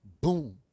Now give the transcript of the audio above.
Boom